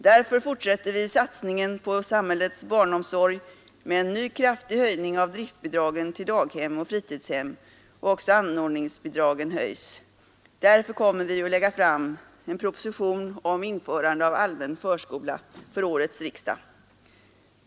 Därför fortsätter vi satsningen på samhällets barnomsorg med en ny kraftig höjning av driftbidragen till daghem och fritidshem, och även anordningsbidragen höjs. Därför kommer vi att lägga fram en proposition om införande av allmän förskola för årets riksdag.